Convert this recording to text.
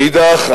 מאידך,